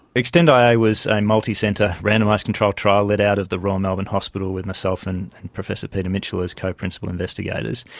extend-ia was a multicentre randomised controlled trial led out of the royal melbourne hospital with myself and professor peter mitchell as co-principal investigators,